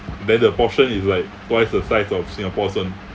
then the portion is like twice the size of singapore's one